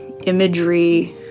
imagery